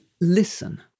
listen